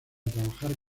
trabajar